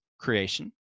creation